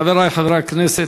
חברי חברי הכנסת,